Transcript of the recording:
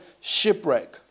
shipwreck